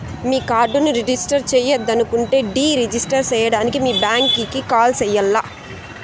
మీ కార్డుని రిజిస్టర్ చెయ్యొద్దనుకుంటే deregister సేయడానికి మీ బ్యాంకీకి కాల్ సెయ్యాల్ల